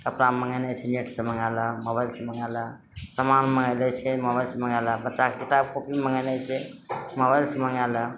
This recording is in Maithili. कपड़ा मङ्गेनाइ छै नेट सँ मङ्गाए लऽ मोबाइलसँ मङ्गाए लऽ समान मङ्गेनाइ छै मोबाइलसँ मङ्गाए लऽ बच्चा कऽ किताब कोपी मङ्गेनाइ छै मोबाइलसँ मङ्गाए लऽ